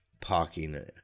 parking